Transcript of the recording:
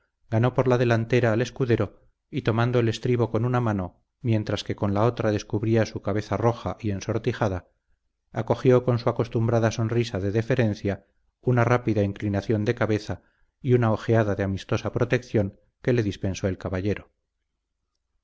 ganó por la delantera al escudero y tomando el estribo con una mano mientras que con la otra descubría su cabeza roja y ensortijada acogió con su acostumbrada sonrisa de deferencia una rápida inclinación de cabeza y una ojeada de amistosa protección que le dispensó el caballero